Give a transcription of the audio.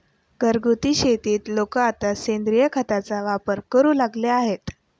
घरगुती शेतीत लोक आता सेंद्रिय खताचा वापर करू लागले आहेत